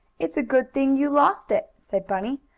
it's a good thing you lost it, said bunny.